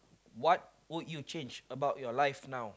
what would you change about your life now